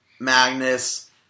Magnus